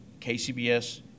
KCBS